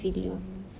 so ugly